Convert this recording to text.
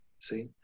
See